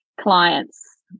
clients